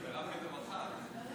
בבקשה.